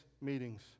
meetings